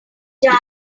jar